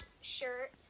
shirt